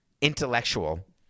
intellectual